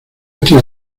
estoy